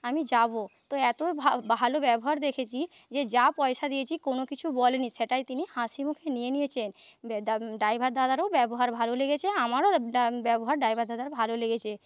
আমি যাবো তো এতো ভালো ব্যবহার দেখেছি যে যা পয়সা দিয়েছি কোনোকিছু বলে নি সেটাই তিনি হাসিমুখে নিয়ে নিয়েছে ড্রাইভার দাদারও ব্যবহার ভালো লেগেছে আমারও ব্যবহার ড্রাইভার দাদার ভালো লেগেছে